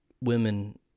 women